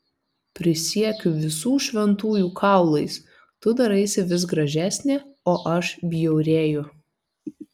prisiekiu visų šventųjų kaulais tu daraisi vis gražesnė o aš bjaurėju